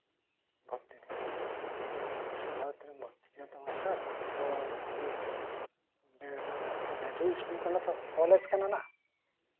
ᱵᱤᱥᱥᱚ ᱵᱷᱟᱨᱚᱛᱤᱨᱮ ᱟᱫᱚᱧ ᱢᱮᱱᱫᱟ ᱵᱤᱥᱥᱚ ᱵᱷᱟᱨᱚᱛᱤᱨᱮ ᱵᱷᱚᱨᱛᱤᱧ ᱟᱛᱚ ᱢᱟᱥᱴᱟᱨ ᱛᱟᱦᱞᱮ ᱛᱚ ᱢᱩᱥᱠᱤᱞ ᱚᱱᱰᱮ ᱫᱚ ᱞᱟᱹᱴᱩ ᱤᱥᱠᱩᱞ ᱠᱟᱱᱟ ᱛᱚ ᱠᱚᱞᱮᱡ ᱠᱟᱱᱟ